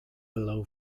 below